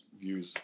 views